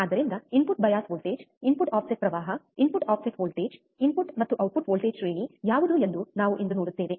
ಆದ್ದರಿಂದ input bias voltage input offset ಪ್ರವಾಹ input offset voltage input ಮತ್ತು ಔಟ್ಪುಟ್ ವೋಲ್ಟೇಜ್ ಶ್ರೇಣಿ ಯಾವುದು ಎಂದು ನಾವು ಇಂದು ನೋಡುತ್ತೇವೆ